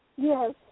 Yes